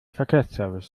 verkehrsservice